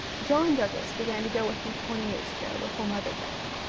john douglas begun to go with me twenty years ago, before mother died.